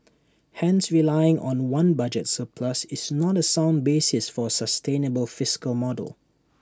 hence relying on one budget surplus is not A sound basis for A sustainable fiscal model